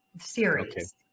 series